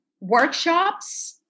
workshops